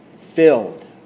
filled